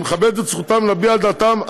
אני מכבד את זכותם להביע דעתם,